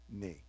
knee